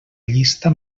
llista